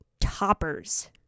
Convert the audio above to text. toppers